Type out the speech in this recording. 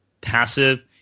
passive